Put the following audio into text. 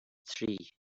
tree